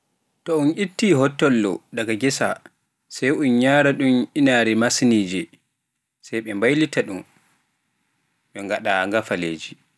to on itti hottolo daga ngesa, sai njaaronɗum ngo masinaaji se mɓe ɓaylitaa dum ɓe ndaɗa ngafaleeji.